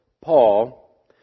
Paul